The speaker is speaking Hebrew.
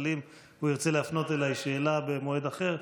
אבל אם הוא ירצה להפנות אליי שאלה במועד אחר,